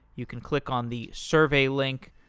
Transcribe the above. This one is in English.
you can click on the survey link.